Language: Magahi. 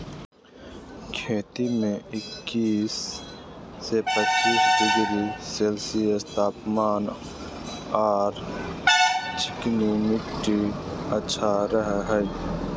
खेती में इक्किश से पच्चीस डिग्री सेल्सियस तापमान आर चिकनी मिट्टी अच्छा रह हई